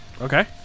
Okay